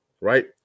right